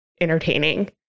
entertaining